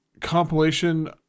compilation